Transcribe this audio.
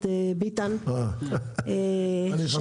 עיצומים כלכליים או שזו לא עבירה פלילית --- זה רק